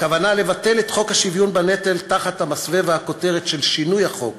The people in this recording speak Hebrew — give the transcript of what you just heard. הכוונה לבטל את חוק השוויון בנטל תחת המסווה והכותרת של שינוי החוק